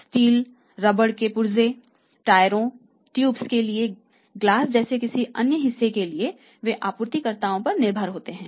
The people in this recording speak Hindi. स्टील रबर के पुर्जों टायरों ट्यूब्स के लिए ग्लास जैसे किसी अन्य हिस्से के लिए वे आपूर्तिकर्ताओं पर निर्भर होते हैं